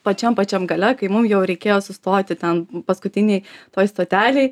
pačiam pačiam gale kai mum jau reikėjo sustoti ten paskutinėj toj stotelėj